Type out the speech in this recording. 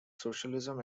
socialism